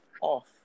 off